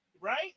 Right